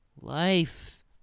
Life